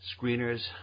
screeners